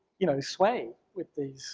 you know, sway with these